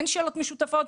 כן שאלות משותפות,